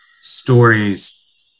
stories